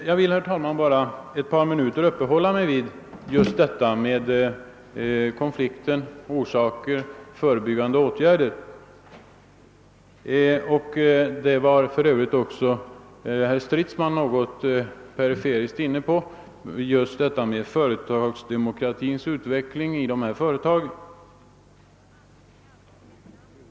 Jag vill bara ett par minuter uppehålla mig vid frågan om förebyggande åtgärder. Herr Stridsman var för Öövrigt perifert inne på frågan om företagsdemokratins utveckling inom dessa företag.